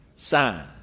sign